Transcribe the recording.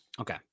Okay